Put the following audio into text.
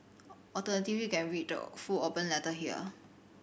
alternatively you can read the full open letter here